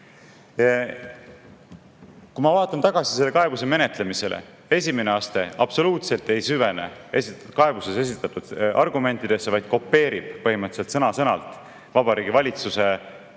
Ma vaatan tagasi selle kaebuse menetlemisele. Esimene aste absoluutselt ei süvenenud kaebuses esitatud argumentidesse, vaid kopeeris põhimõtteliselt sõna-sõnalt Vabariigi Valitsuse